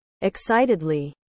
Excitedly